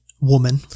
woman